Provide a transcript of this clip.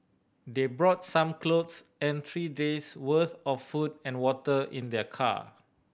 they brought some clothes and three days' worth of food and water in their car